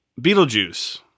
Beetlejuice